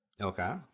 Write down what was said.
Okay